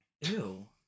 ew